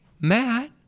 Matt